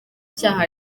cyaha